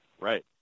Right